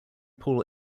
paul